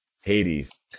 hades